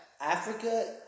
Africa